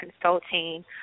consulting